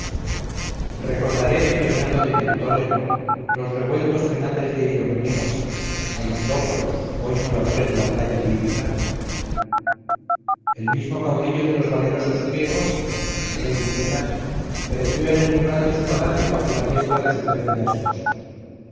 recordaré el reinado de neptólemo los revueltos penates de idomeneo a los locros hoy moradores de la playa líbica el mismo caudillo de los valerosos griegos el rey micenas pereció en el umbral de su palacio bajo la diestra de su pérfida esposa